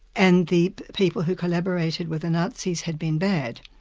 and the people who collaborated with the nazis had been bad,